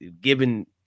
Given